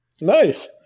Nice